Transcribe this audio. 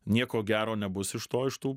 nieko gero nebus iš to iš tų